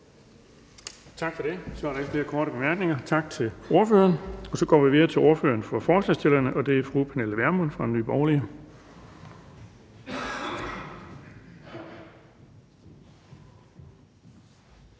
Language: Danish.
Tak for det. Der er ikke flere korte bemærkninger, så vi siger tak til ordføreren. Og så går vi videre til ordføreren for forslagsstillerne, og det er fru Pernille Vermund fra Nye Borgerlige.